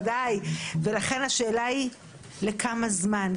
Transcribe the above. ודאי, לכן השאלה היא לכמה זמן?